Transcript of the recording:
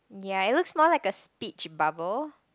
ya it looks more like a speech bubble